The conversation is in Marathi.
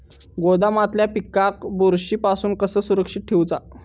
गोदामातल्या पिकाक बुरशी पासून कसा सुरक्षित ठेऊचा?